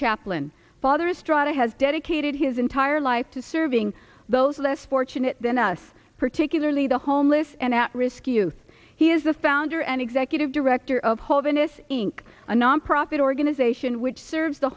strada has dedicated his entire life to serving those less fortunate than us particularly the homeless and at risk youth he is the founder and executive director of holderness inc a nonprofit organization which serves the